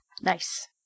Nice